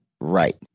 right